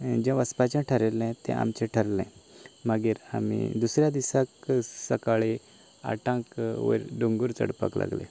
जें वचपाचें थरिल्लें तें आमचें थरलें मागीर आमी दुसऱ्या दिसाक सकाळी आठांक वयर दोंगर चडपाक लागले